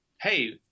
hey